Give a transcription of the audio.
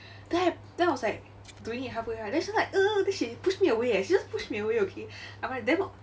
then I then I was like doing it halfway right then she was like !ee! then she just pushed me away eh she just pushed me away okay I'm like damn